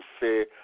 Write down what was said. say